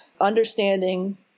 understanding